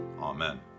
Amen